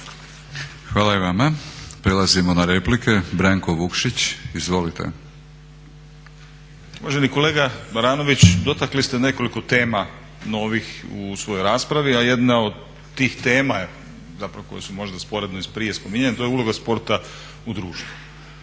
Hvala i vama. Prelazimo na replike. Branko Vukšić. Izvolite. **Vukšić, Branko (Nezavisni)** Uvaženi kolega Baranović, dotakli ste nekoliko tema novih u svojoj raspravi, a jedna od tih tema koje su možda sporedno i prije spominjanje je uloga sporta u društvu.